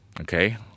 Okay